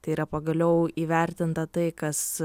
tai yra pagaliau įvertinta tai kas